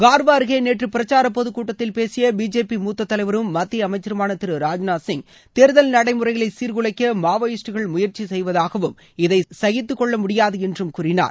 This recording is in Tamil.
கார்வா அருகே நேற்று பிரச்சார பொதுக் கூட்டத்தில் பேசிய பிஜேபி மூத்த தலைவரும் மத்திய அமைச்சருமான திரு ராஜ்நாத் சிங் தேர்தல் நடைமுறைகளை சீர்குலைக்க மாவோயிஸ்டுகள் முயற்சி செய்வதாகவும் இதை சகித்துக்கொள்ள முடியாது என்று கூறினார்